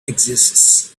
exists